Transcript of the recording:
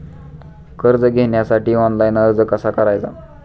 कर्ज घेण्यासाठी ऑनलाइन अर्ज कसा करायचा?